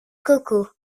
coco